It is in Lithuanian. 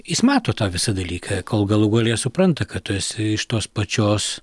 jis mato tą visą dalyką kol galų gale jie supranta kad tu esi iš tos pačios